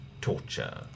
torture